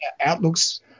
Outlook's